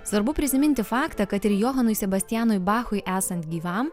svarbu prisiminti faktą kad ir johanui sebastianui bachui esant gyvam